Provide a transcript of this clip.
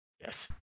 Yes